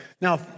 Now